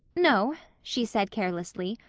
no, she said carelessly.